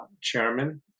chairman